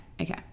okay